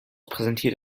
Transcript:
präsentiert